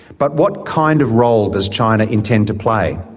but what kind of role does china intend to play?